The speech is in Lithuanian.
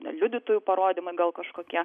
na liudytojų parodymai gal kažkokie